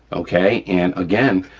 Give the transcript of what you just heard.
okay. and again,